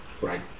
right